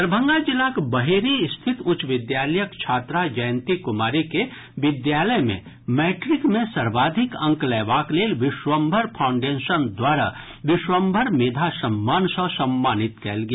दरभंगा जिलाक बहेड़ी स्थित उच्च विद्यालयक छात्रा जयंती कुमारी के विद्यालय मे मैट्रिक मे सर्वाधिक अंक लयबाक लेल विश्वम्भर फाउंडेशन द्वारा विश्वम्भर मेधा सम्मान सँ सम्मानित कयल गेल